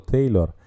Taylor